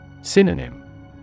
Synonym